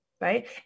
right